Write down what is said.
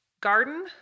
garden